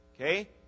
Okay